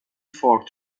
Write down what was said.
four